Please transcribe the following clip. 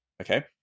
Okay